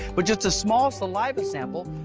but just a small saliva sample.